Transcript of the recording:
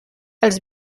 els